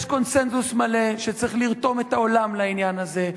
יש קונסנזוס מלא שצריך לרתום את העולם לעניין הזה,